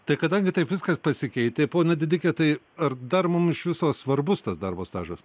tai kada gi taip viskas pasikeitė ponia didike tai ar dar mum iš viso svarbus tas darbo stažas